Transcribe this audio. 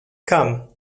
come